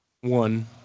One